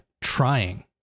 trying